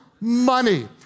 money